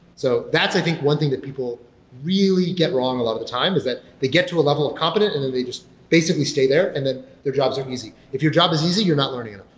so that's i think one thing that people really get wrong a lot of the time is that they get to a level of competent and then they just basically stay there and then their jobs are easy. if your job is easy, you're not learning